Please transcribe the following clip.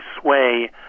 sway